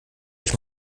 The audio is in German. euch